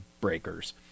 Breakers